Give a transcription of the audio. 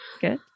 Good